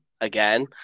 again